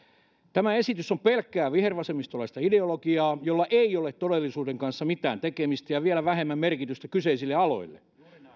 tämä esitys on pelkkää vihervasemmistolaista ideologiaa jolla ei ole todellisuuden kanssa mitään tekemistä ja vielä vähemmän merkitystä kyseisille aloille